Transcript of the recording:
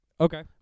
Okay